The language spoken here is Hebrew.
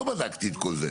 לא בדקתי את כל זה.